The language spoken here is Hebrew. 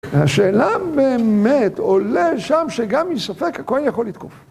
השאלה באמת עולה שם שגם מספק הכהן יכול לתקוף